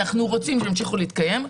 אנחנו רוצים שהם ימשיכו להתקיים.